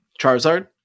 charizard